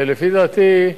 לפי דעתי,